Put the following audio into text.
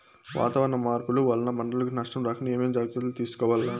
వాతావరణ మార్పులు వలన పంటలకు నష్టం రాకుండా ఏమేం జాగ్రత్తలు తీసుకోవల్ల?